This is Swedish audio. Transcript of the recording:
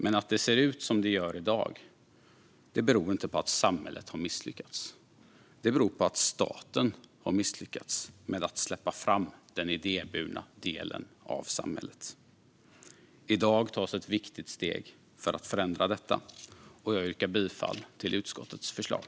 Men att det ser ut som det gör i dag beror inte på att samhället har misslyckats. Det beror på att staten har misslyckats med att släppa fram den idéburna delen av samhället. I dag tas ett viktigt steg för att förändra detta. Jag yrkar bifall till utskottets förslag.